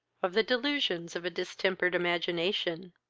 of the delusions of a distempered imagination.